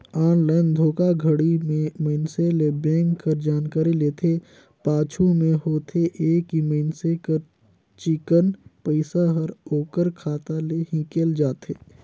online धोखाघड़ी में मइनसे ले बेंक कर जानकारी लेथे, पाछू में होथे ए कि मइनसे कर चिक्कन पइसा हर ओकर खाता ले हिंकेल जाथे